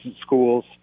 schools